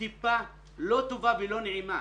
טיפה לא טובה ולא נעימה,